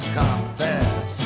confess